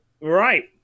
Right